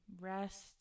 rest